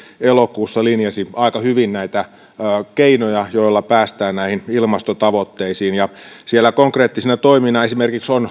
elokuussa linjasi aika hyvin keinoja joilla päästään näihin ilmastotavoitteisiin siellä konkreettisina toimina on